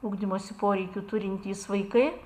ugdymosi poreikių turintys vaikai